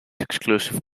exclusive